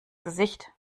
gesicht